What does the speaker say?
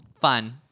Fun